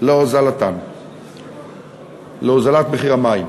להורדת מחיר המים.